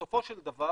בסופו של דבר